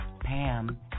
Pam